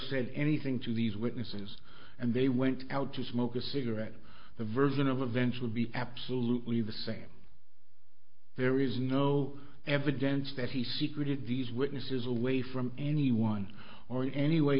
said anything to these witnesses and they went out to smoke a cigarette the version of eventually be absolutely the same there is no evidence that he secret these witnesses away from anyone or in any way